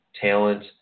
talent